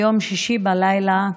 בלילה,